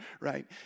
right